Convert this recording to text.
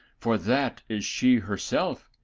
for that is she her self,